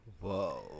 Whoa